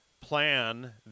plan